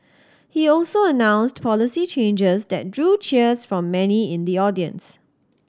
he also announced policy changes that drew cheers from many in the audience